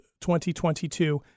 2022